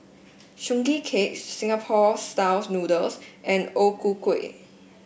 Sugee Cake Singapore style noodles and O Ku Kueh